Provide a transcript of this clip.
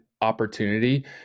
opportunity